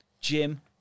Jim